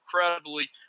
incredibly